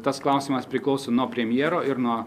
tas klausimas priklauso nuo premjero ir nuo